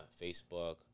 Facebook